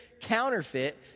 counterfeit